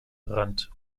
rand